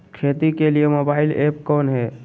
खेती के लिए मोबाइल ऐप कौन है?